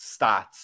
stats